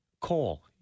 Coal